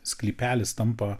sklypelis tampa